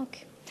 אוקיי.